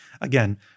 again